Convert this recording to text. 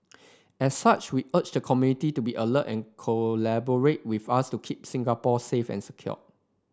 as such we urge the community to be alert and collaborate with us to keep Singapore safe and secure